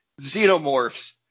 xenomorphs